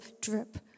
drip